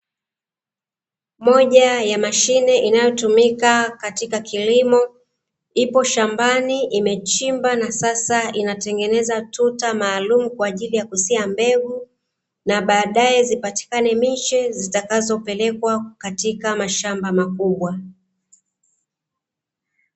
Moja ya mashine inayotumika katika kilimo, ipo shambani imechimba na sasa inatengeneza tuta maalumu, kwa ajili ya kusia mbegu na baadae zipatikane miche zitakazo pelekwa katika mashamba makubwa.